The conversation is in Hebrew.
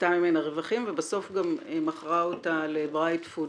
עשתה ממנה רווחים ובסוף גם מכרה אותה לברייט פוד